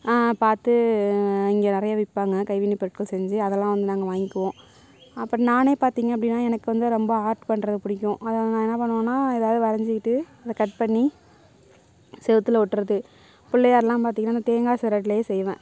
பார்த்து இங்கே நிறையா விற்பாங்க கைவினைப் பொருட்கள் செஞ்சு அதெல்லாம் வந்து நாங்கள் வாங்கிக்குவோம் அப்புறம் நானே பார்த்திங்கன்னா அப்படினா எனக்கு வந்து ரொம்ப ஆர்ட் பண்ணுறது பிடிக்கும் அதை நான் என்ன பண்ணுவேன்னால் ஏதாவது வரைஞ்சுக்கிட்டு அதை கட் பண்ணி சுவுத்துல ஒட்டுவது பிள்ளையாருலாம் பார்த்திங்கன்னா நான் தேங்காய் சிரட்டிலயே செய்வேன்